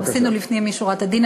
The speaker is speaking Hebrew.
עשינו לפנים משורת הדין,